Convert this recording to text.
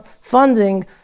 funding